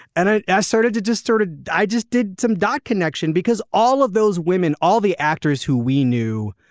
and i i started to just started. i just did some dot connection because all of those women all the actors who we knew